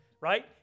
right